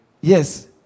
Yes